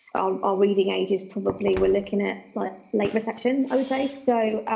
our our reading age is probably we're looking at but late reception, i would say. so,